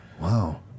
Wow